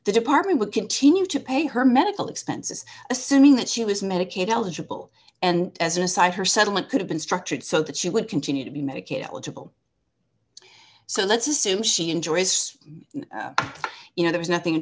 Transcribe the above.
the department would continue to pay her medical expenses assuming that she was medicaid eligible and as an aside her settlement could have been structured so that she would continue to be medicaid eligible so let's assume she enjoys you know there is nothing